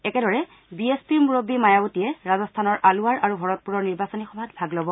একেদৰে B S পিৰ মুৰববী মায়াৱতীয়ে ৰাজস্থানৰ আলোৱাৰ আৰু ভৰতপুৰৰ নিৰ্বাচনী সভাত ভাগ ল'ব